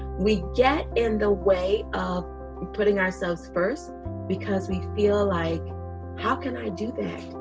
we get in the way putting ourselves first because we feel like how can i do that